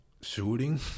shooting